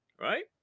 right